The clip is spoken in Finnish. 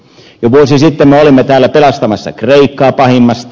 jo vuosi sitten me olimme täällä pelastamassa kreikkaa pahimmasta